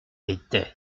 était